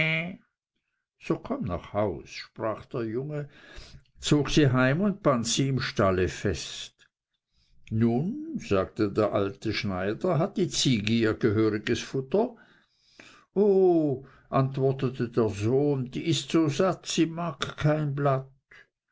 so komm nach haus sprach der junge zog sie heim und band sie im stall fest nun sagte der alte schneider hat die ziege ihr gehöriges futter o antwortete der sohn die ist so satt sie mag kein blatt